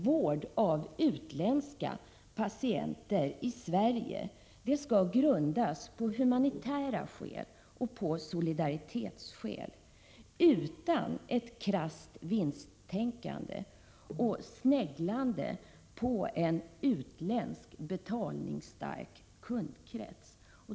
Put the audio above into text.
Vård av utländska patienter i Sverige skall enligt vår mening grundas på humanitära skäl och på solidaritetsskäl, utan krasst vinsttänkande och sneglande på en utländsk, betalningsstark kundkrets.